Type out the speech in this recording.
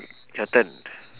your turn